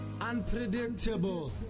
unpredictable